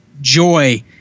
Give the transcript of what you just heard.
joy